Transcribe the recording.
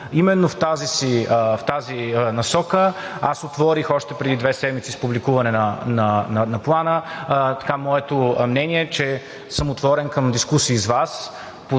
Именно в тази насока аз отворих още преди две седмици с публикуване на Плана. Моето мнение е, че съм отворен към дискусии с Вас